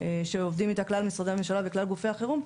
שעובדים איתה כלל משרדי הממשלה וכלל גופי החירום,